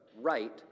right